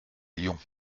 lions